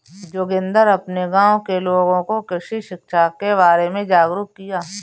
जोगिंदर अपने गांव के लोगों को कृषि शिक्षा के बारे में जागरुक किया